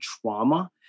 trauma